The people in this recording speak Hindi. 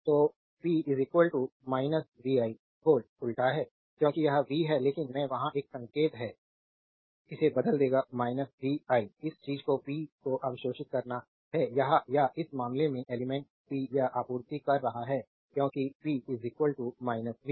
तो p vi v उलटा है क्योंकि यह v है लेकिन मैं वहाँ एक संकेत है इसे बदल देगा vi इस चीज़ को पी को अवशोषित करना है या इस मामले में एलिमेंट्स p या आपूर्ति कर रहा है क्योंकि p वी